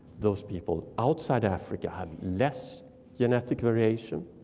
those people outside africa have less genetic variation.